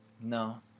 no